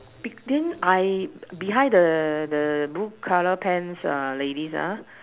but then I behind the the blue color pants err ladies ah